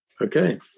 Okay